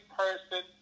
person